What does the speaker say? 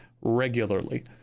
regularly